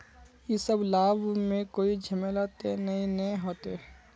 इ सब लाभ में कोई झमेला ते नय ने होते?